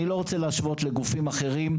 אני לא רוצה להשוות לגופים אחרים,